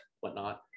whatnot